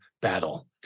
battle